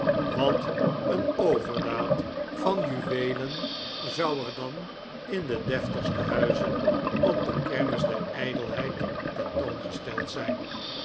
wat een overdaad van juweelen zou er dan in de deftigste huizen op de kermis der ijdelheid tentoongesteld zijn